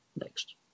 next